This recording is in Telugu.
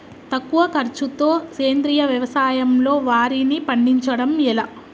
తక్కువ ఖర్చుతో సేంద్రీయ వ్యవసాయంలో వారిని పండించడం ఎలా?